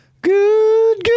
Good